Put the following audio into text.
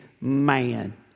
man